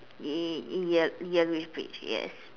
y~ yel~ yellowish bridge yes